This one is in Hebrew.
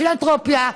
לפילנתרופיה,